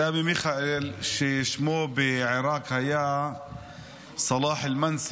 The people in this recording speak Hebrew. סמי מיכאל, ששמו בעיראק היה סלאח אל-מנסי,